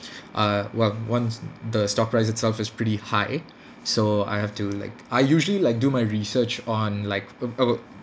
err once once the stock price itself is pretty high so I have to like I usually like do my research on like uh uh